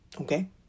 Okay